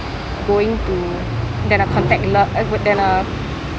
going to than a contactle~ uh wh~ than uh